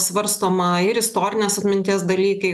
svarstoma ir istorinės atminties dalykai